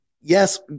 yes